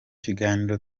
kiganiro